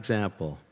Example